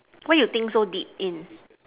why you think so deep in